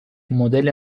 مدل